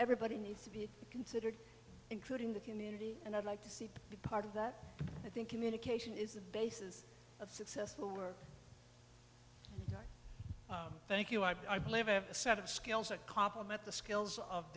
everybody needs to be considered including the community and i'd like to see the part of that i think communication is the basis of successful work thank you i believe have a set of skills a complement the